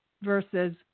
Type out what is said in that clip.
versus